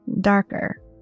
darker